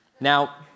Now